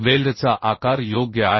वेल्डचा आकार योग्य आहे